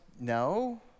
no